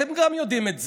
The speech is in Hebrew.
גם אתם יודעים את זה.